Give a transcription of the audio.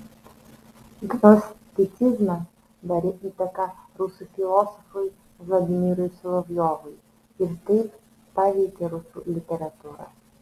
gnosticizmas darė įtaką rusų filosofui vladimirui solovjovui ir taip paveikė rusų literatūrą